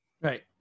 Right